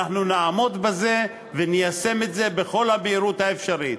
אנחנו נעמוד בזה וניישם את זה במהירות האפשרית.